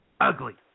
ugly